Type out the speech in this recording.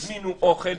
הזמינו אוכל,